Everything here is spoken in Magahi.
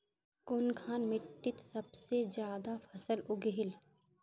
कुनखान मिट्टी सबसे ज्यादा फसल उगहिल?